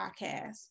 podcast